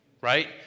right